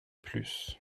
plus